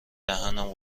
دهنم